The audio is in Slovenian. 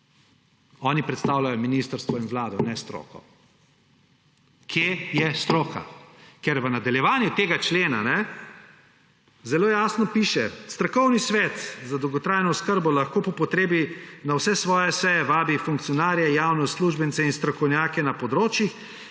Oni predstavljajo ministrstvo in Vlado, ne stroke. Kje je stroka? Ker v nadaljevanju tega člena zelo jasno piše: »Strokovni svet za dolgotrajno oskrbo lahko po potrebi na vse svoje seje vabi funkcionarje, javne uslužbence in strokovnjake na področjih,